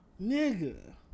Nigga